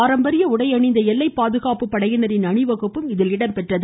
பாரம்பரிய உடையணிந்த எல்லைப் பாதுகாப்பு படையினரின் அணிவகுப்பும் இதில் இடம்பெற்றது